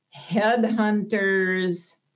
headhunters